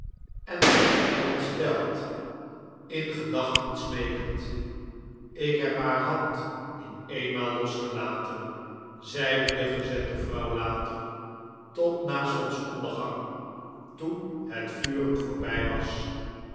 en ontsteld in gedachten smeekend ik heb haar hand niet eenmaal losgelaten zeide de gezette vrouw later tot na zonsondergang toen het vuren voorbij was